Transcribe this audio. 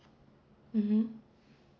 mmhmm